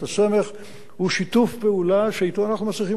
הוא שיתוף פעולה שאתו אנחנו מצליחים להתמודד עם כל מיני דברים.